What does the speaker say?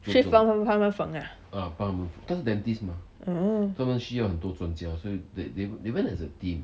去去帮他们缝啊 oh